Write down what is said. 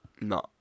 No